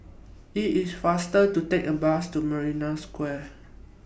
IT IS faster to Take The Bus to Marina Square